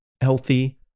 healthy